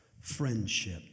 Friendship